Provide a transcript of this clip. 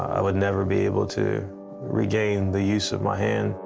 i would never be able to regain the use of my hands.